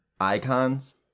icons